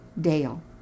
Dale